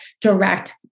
direct